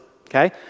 okay